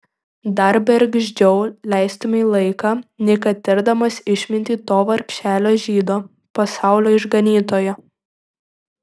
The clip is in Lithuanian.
dar bergždžiau leistumei laiką nei kad tirdamas išmintį to vargšelio žydo pasaulio išganytojo